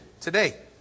today